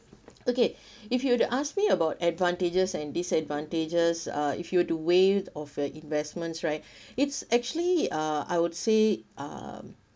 okay if you were to ask me about advantages and disadvantages uh if you were to waive off your investments right it's actually uh I would say um